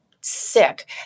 sick